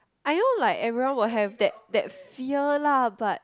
I know like everyone will have that that fear lah but